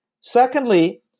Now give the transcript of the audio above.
Secondly